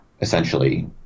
essentially